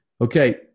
okay